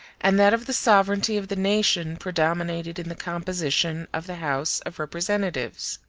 and that of the sovereignty of the nation predominated in the composition of the house of representatives.